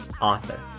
author